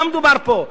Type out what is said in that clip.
על מה מדובר פה?